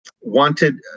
wanted